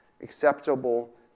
acceptable